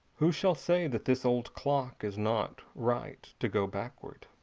who shall say that this old clock is not right to go backward?